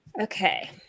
Okay